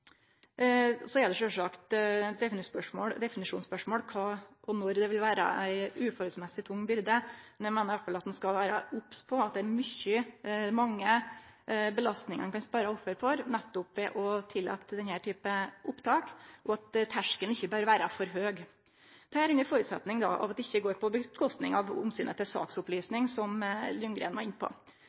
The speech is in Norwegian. Det er sjølvsagt eit definisjonsspørsmål kva som vil vere – og når det vil vere – ei etter måten for tung byrde, men eg meiner i alle fall at ein skal vere obs på at det er mange belastningar ein kan spare offer for, nettopp ved å tillate denne typen opptak. Terskelen bør ikkje vere for høg, alt dette under føresetnad av at det ikkje går på kostnad av omsynet til saksopplysning, som Ljunggren var inne på.